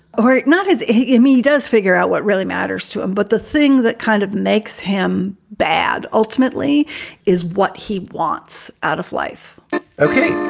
all right. not as jimmy does figure out what really matters to him. but the thing that kind of makes him bad ultimately ultimately is what he wants out of life ok.